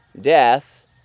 death